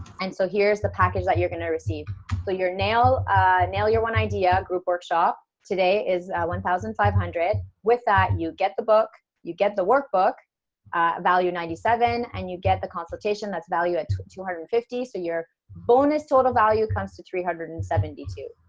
and so here's the package that you're gonna receive for your nail nail your one idea group workshop today is one thousand five hundred with that you get the book you get the workbook value ninety seven and you get the consultation that's valued at two two hundred and fifty so your bonus total value comes to three hundred and seventy two